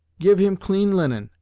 give him clean linen,